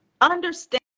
Understand